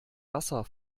wasser